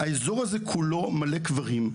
אבל האזור הזה כולו מלא קברים.